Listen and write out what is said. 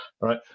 right